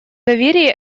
доверие